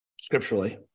scripturally